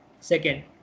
second